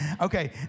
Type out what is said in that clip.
Okay